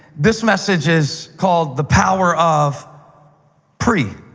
this message is called the power of pre.